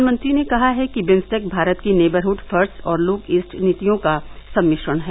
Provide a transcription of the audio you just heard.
प्रधानमंत्री ने कहा है कि बिम्स्टेक भारत की नेबरहुड फर्स्ट और लुक ईस्ट नीतियों का सम्मिश्रण है